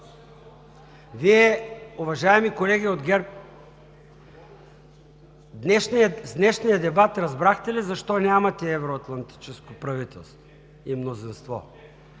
Вие, уважаеми колеги от ГЕРБ, от днешния дебат разбрахте ли защо нямате евроатлантическо правителство и мнозинство?